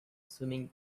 swimming